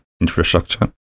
infrastructure